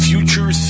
Future